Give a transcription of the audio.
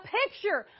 picture